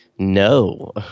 No